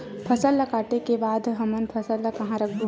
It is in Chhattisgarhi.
फसल ला काटे के बाद हमन फसल ल कहां रखबो?